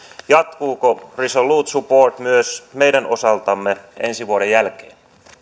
jatkuuko resolute support myös meidän osaltamme ensi vuoden jälkeen